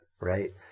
right